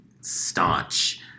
staunch